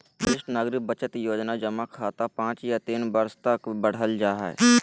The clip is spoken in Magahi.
वरिष्ठ नागरिक बचत योजना जमा खाता पांच या तीन वर्ष तक बढ़ल जा हइ